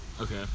Okay